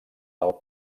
del